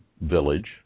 village